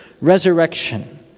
resurrection